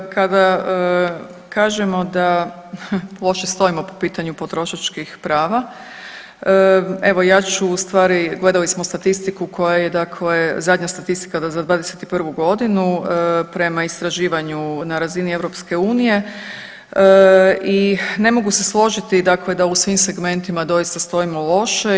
Kada kažemo da loše stojimo po pitanju potrošačkih prava, evo ja ću u stvari gledali smo statistiku koja je, dakle zadnja statistika za 2021. godinu prema istraživanju na razini EU i ne mogu se složiti, dakle da u svim segmentima doista stojimo loše.